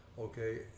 okay